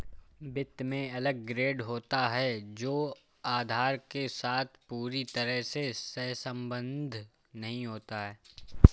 वित्त में अलग ग्रेड होता है जो आधार के साथ पूरी तरह से सहसंबद्ध नहीं होता है